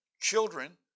children